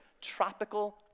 Tropical